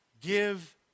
Give